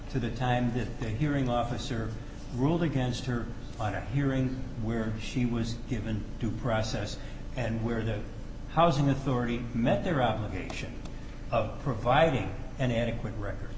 to the time this hearing officer ruled against her on a hearing where she was given due process and where the housing authority met their obligation of providing an adequate record